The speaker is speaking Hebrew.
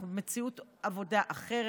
אנחנו במציאות עבודה אחרת,